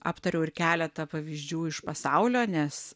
aptariau ir keletą pavyzdžių iš pasaulio nes